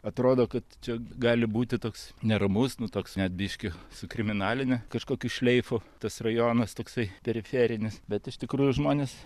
atrodo kad čia gali būti toks neramus nu toks net biškį su kriminaline kažkokiu šleifu tas rajonas toksai periferinis bet iš tikrųjų žmonės